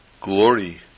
glory